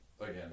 again